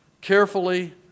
Carefully